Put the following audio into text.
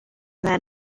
that